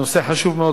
הנושא חשוב מאוד,